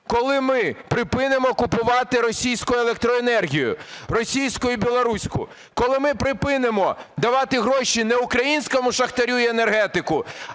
коли ми припинимо купувати російську електроенергію, російську і білоруську? Коли ми припинимо давати гроші не українському шахтарю і енергетику,